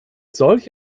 solch